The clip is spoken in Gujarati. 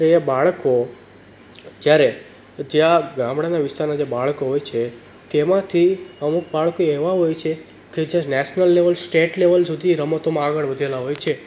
કે આ બાળકો જ્યારે જે આ ગામડાના વિસ્તારના જે બાળકો હોય છે તેમાંથી અમુક બાળકો એવા હોય છે કે જે નેશનલ લેવલ સ્ટેટ લેવલ સુધી રમતોમાં આગળ વધેલા હોય છે